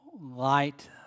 light